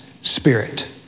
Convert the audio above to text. spirit